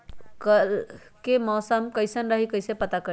कल के मौसम कैसन रही कई से पता करी?